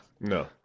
no